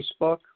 Facebook